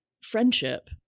friendship